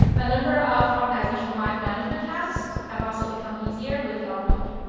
the number of organization-wide management tasks have also become easier with the org node.